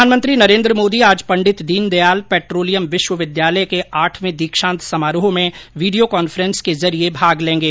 प्रधानमंत्री नरेन्द्र मोदी आज पंडित दीनदयाल पेट्रोलियम विश्वविद्यालय के आठवें दीक्षांत समारोह में वीडियो कॉन्फ्रेंस के जरिए भाग लेंगे